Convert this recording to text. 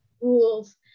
rules